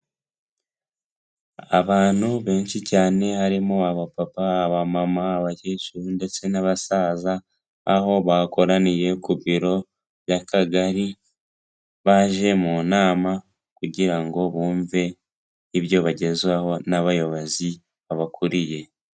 Abantu benshi cyane harimo aba papa, aba mama abakecuru, ndetse n'abasaza aho bakoraniye ku biro by'akagari, baje mu nama kugira ngo bumve ibyo bagezwaho n'abayobozi babakuriye.